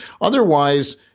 Otherwise